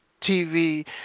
TV